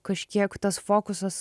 kažkiek tas fokusas